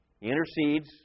intercedes